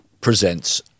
presents